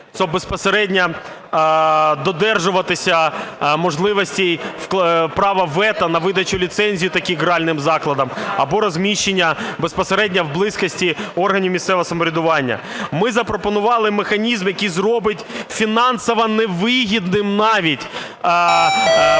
то безпосередньо додержуватися можливості права вето на видачу ліцензій таким гральним закладам, або розміщення безпосередньо в близькості, органами місцевого самоврядування. Ми запропонували механізм, який зробить фінансово невигідним навіть,